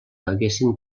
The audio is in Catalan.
haguessin